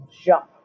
jump